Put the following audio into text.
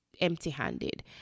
empty-handed